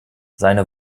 seine